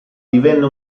divenne